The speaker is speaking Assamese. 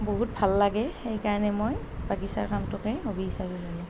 বহুত ভাল লাগে সেইকাৰণে মই বাগিচাৰ কামটোকে হ'বি হিচাপে ল'লোঁ